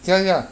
ya ya